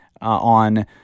on